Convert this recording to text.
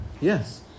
Yes